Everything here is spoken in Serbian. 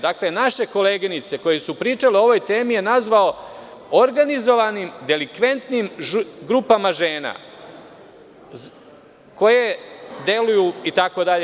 Dakle, naše koleginice koje su pričale o ovoj temi je nazvao organizovanim delikventnim grupama žena koje deluju, itd.